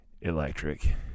Electric